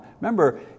Remember